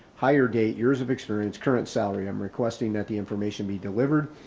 higher date years of experience, current salary. i'm requesting that the information be delivered,